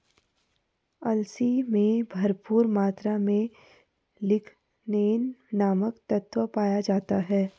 अलसी में भरपूर मात्रा में लिगनेन नामक तत्व पाया जाता है